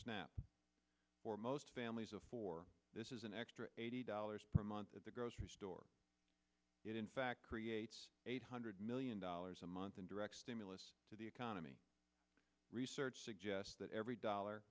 snap for most families of four this is an extra eighty dollars per month at the grocery store it in fact creates eight hundred million dollars a month and direct stimulus to the economy research suggests that every dollar